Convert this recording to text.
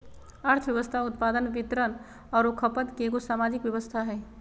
अर्थव्यवस्था उत्पादन, वितरण औरो खपत के एगो सामाजिक व्यवस्था हइ